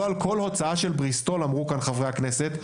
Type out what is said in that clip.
כפי שאמרו כאן חברי הכנסת,